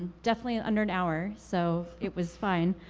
definitely under an hour, so it was fine.